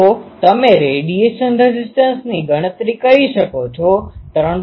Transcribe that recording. તો તમે રેડીએશન રેઝીસ્ટન્સની ગણતરી કરી શકો છો 3